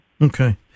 Okay